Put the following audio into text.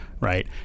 right